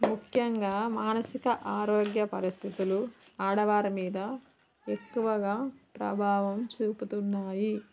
ముఖ్యంగా మానసిక ఆరోగ్య పరిస్థితులు ఆడవారి మీద ఎక్కువగా ప్రభావం చూపుతున్నాయి